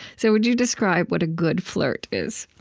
so would you describe what a good flirt is?